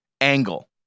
angle